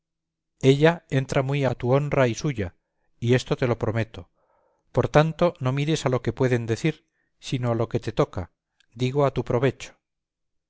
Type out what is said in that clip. ella entra muy a tu honra y suya y esto te lo prometo por tanto no mires a lo que pueden decir sino a lo que te toca digo a tu provecho